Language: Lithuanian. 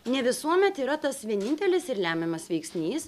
ne visuomet yra tas vienintelis ir lemiamas veiksnys